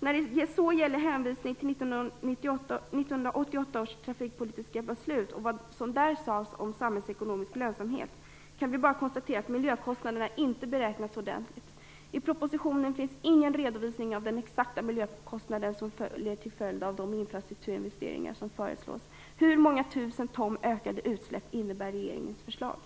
När det så gäller hänvisningen till 1988 års trafikpolitiska beslut och vad som där sades om samhällsekonomisk lönsamhet kan vi bara konstatera att miljökostnaderna inte beräknats ordentligt. I propositionen finns ingen redovisning av den exakta miljökostnad som uppkommer till följd av de infrastrukturinvesteringar som föreslås. Hur många tusen ton ökade utsläpp innebär regeringens förslag?